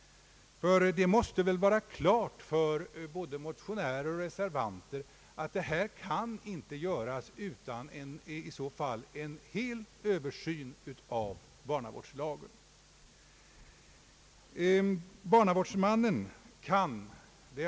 Det måste stå klart för både motionärer och reservanter att en sådan ändring inte kan företagas utan en total översyn av barnavårdslagen.